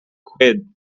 quid